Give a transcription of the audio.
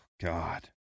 God